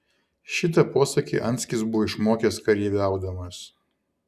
šitą posakį anskis buvo išmokęs kareiviaudamas